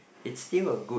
it's still a good